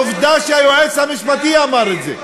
עובדה שהיועץ המשפטי אמר את זה.